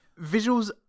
visuals